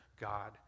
God